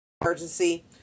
Emergency